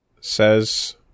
says